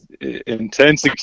Intense